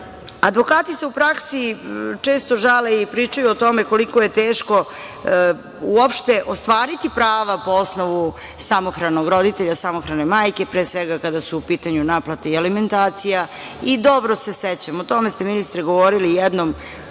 se u praksi često žale i pričaju o tome koliko je teško uopšte ostvariti prava po osnovu samohranog roditelja, samohrane majke, pre svega kada su u pitanju naplate i alimentacija. Dobro se sećamo, o tome ste, ministre, govorili jednom